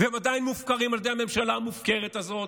והם עדיין מופקרים על ידי הממשלה המופקרת הזאת.